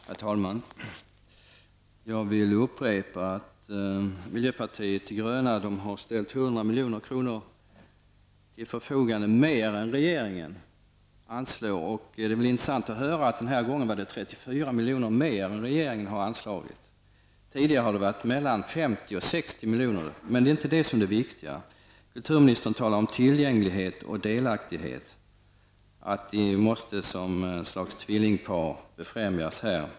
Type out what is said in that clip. Herr talman! Jag vill upprepa att miljöpartiet de gröna i sitt förslag har ställt till förfogande 200 milj.kr. mer än vad regeringen anslår. Det var intressant att höra att det den här gången var fråga om 34 milj.kr. mer än vad regeringen har anslagit. Tidigare har det rört sig om 50--60 milj.kr., men det är inte det som är det viktiga. Kulturministern talar om tillgänglighet och delaktighet och att de måste befrämjas som något slags tvillingpar.